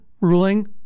ruling